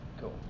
Cool